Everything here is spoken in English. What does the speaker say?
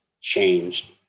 changed